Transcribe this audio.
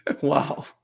Wow